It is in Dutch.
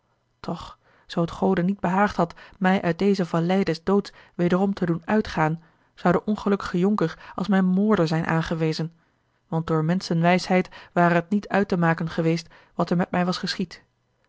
toch zoo t gode niet behaagd had mij uit deze vallei des doods wederom te doen uitgaan zou de ongelukkige jonker als mijn moorder zijn aangewezen want door menschenwijsheid ware het niet uit te maken geweest wat er met mij was geschied